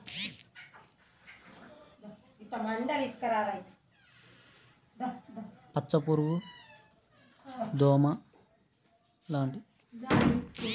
ఆకు కూరలో ఎలాంటి వ్యాధి లోపాలు ఉంటాయి?